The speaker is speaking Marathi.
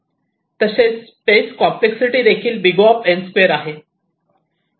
तसेच स्पेस कॉम्प्लेक्ससिटी देखील O आहे